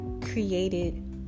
created